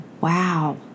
Wow